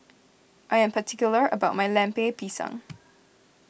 I am particular about my Lemper Pisang